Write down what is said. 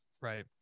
Right